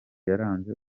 yaranze